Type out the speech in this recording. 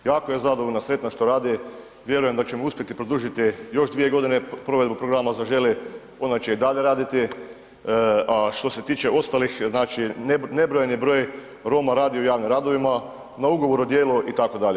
Jako je zadovoljna, sretna što radi, vjerujem da ćemo uspjeti produžiti još 2 g. provedbu programa „Zaželi“, ona će i dalje raditi a što se tiče ostalih, znači nebrojeni broj Roma radi u javnim radovima, na ugovoru o djelu itd.